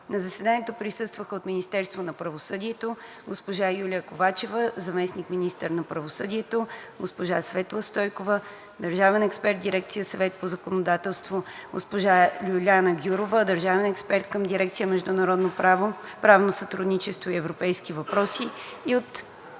На заседанието присъстваха: от Министерството на правосъдието госпожа Юлия Ковачева – заместник-министър на правосъдието, госпожа Светла Стойкова – държавен експерт в дирекция „Съвет по законодателство“, госпожа Лиляна Гюрова – държавен експерт към дирекция „Международно правно сътрудничество и европейски въпроси“; от